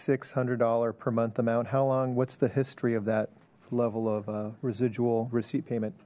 six hundred dollar per month amount how long what's the history of that level of a residual receipt a mint